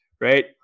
Right